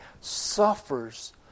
suffers